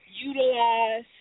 utilize